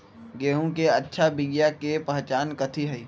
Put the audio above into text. गेंहू के अच्छा बिया के पहचान कथि हई?